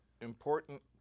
important